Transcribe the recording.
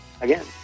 Again